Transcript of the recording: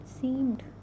seemed